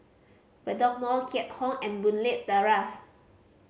Bedok Mall Keat Hong and Boon Leat Terrace